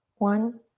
one.